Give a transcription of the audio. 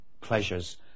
pleasures